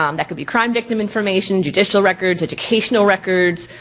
um that could be crime victim information, judicial records, educational records,